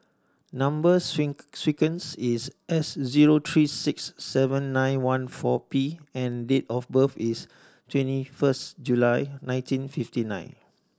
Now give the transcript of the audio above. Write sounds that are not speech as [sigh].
number [unintelligible] sequence is S zero three six seven nine one four P and date of birth is twenty first July nineteen fifty nine